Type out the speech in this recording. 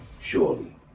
Surely